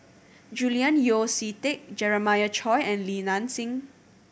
Julian Yeo See Teck Jeremiah Choy and Li Nanxing